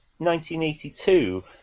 1982